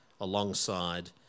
alongside